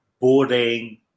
boarding